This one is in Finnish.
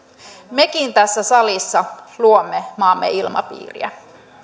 mekin tässä salissa luomme maamme ilmapiiriä